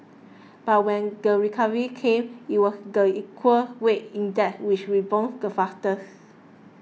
but when the recovery came it was the equal weighted index which rebounded the fastest